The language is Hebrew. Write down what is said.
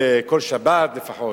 כל שבת לפחות,